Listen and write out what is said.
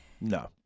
No